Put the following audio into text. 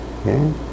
okay